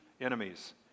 enemies